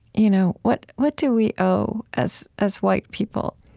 you know what what do we owe as as white people?